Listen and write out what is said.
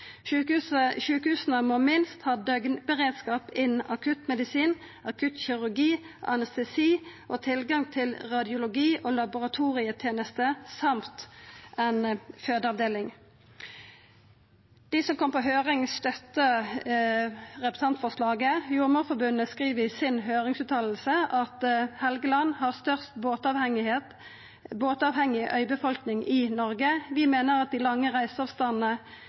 Sjukehusa må minst ha døgnberedskap innan akuttmedisin, akuttkirurgi, anestesi og tilgang til radiologi- og laboratorietenester i tillegg til ei fødeavdeling. Dei som kom på høyring, støtta representantforslaget. Jordmorforbundet skriv i si høyringsfråsegn at Helgeland har størst båtavhengig øybefolkning i Noreg. Dei meiner at dei lange